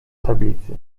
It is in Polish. tablicy